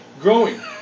growing